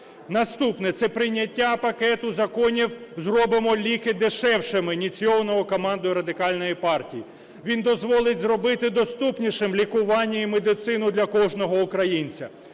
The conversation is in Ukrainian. Наступне. Це прийняття пакету Законів "Зробимо ліки дешевшими", ініційованого командою Радикальної партії. Він дозволить зробити доступнішим лікування і медицину для кожного українця.